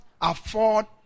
afford